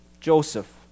Joseph